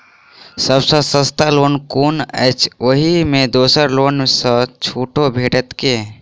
सब सँ सस्ता लोन कुन अछि अहि मे दोसर लोन सँ छुटो भेटत की?